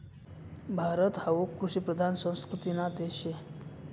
भारत हावू कृषिप्रधान संस्कृतीना देश शे